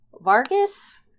Vargas